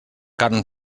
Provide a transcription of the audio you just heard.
carn